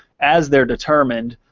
as they're determined,